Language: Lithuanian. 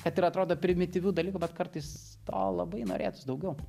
kad ir atrodo primityvių dalykų bet kartais to labai norėtųsi daugiau